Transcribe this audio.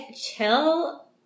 chill